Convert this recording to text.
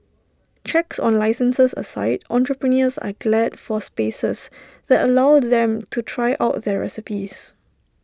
checks on licences aside entrepreneurs are glad for spaces that allow them to try out their recipes